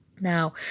Now